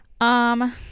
um-